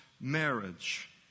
marriage